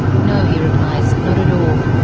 no, he replies, not at all.